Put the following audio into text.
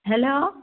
hello